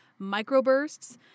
microbursts